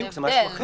יש הבדל.